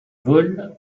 vole